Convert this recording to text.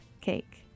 cake